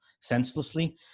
senselessly